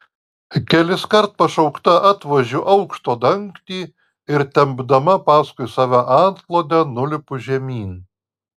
keliskart pašaukta atvožiu aukšto dangtį ir tempdama paskui save antklodę nulipu žemyn